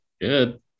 Good